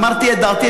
אמרתי את דעתי.